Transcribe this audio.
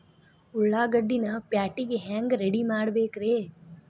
ಉಳ್ಳಾಗಡ್ಡಿನ ಪ್ಯಾಟಿಗೆ ಹ್ಯಾಂಗ ರೆಡಿಮಾಡಬೇಕ್ರೇ?